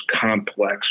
complex